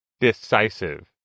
decisive